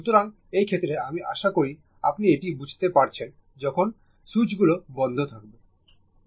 সুতরাং এই ক্ষেত্রে আমি আশা করি আপনি এটি বুঝতে পারবেন যখন সুইচগুলো বন্ধ থাকবে